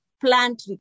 plant